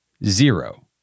Zero